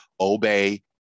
obey